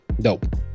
Dope